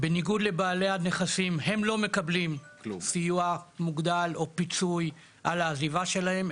בניגוד לבעלי הנכסים הם לא מקבלים סיוע מוגדל או פיצוי על העזיבה שלהם.